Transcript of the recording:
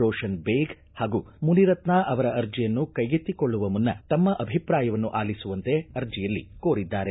ರೋಶನ್ ಬೇಗ್ ಹಾಗೂ ಮುನಿರತ್ನ ಅವರ ಅರ್ಜಿಯನ್ನು ಕೈಗೆತ್ತಿಕೊಳ್ಳುವ ಮುನ್ನ ತಮ್ಮ ಅಭಿಪ್ರಾಯವನ್ನು ಆಲಿಸುವಂತೆ ಅರ್ಜಿಯಲ್ಲಿ ಕೋರಿದ್ದಾರೆ